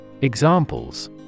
Examples